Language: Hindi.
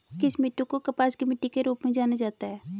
किस मिट्टी को कपास की मिट्टी के रूप में जाना जाता है?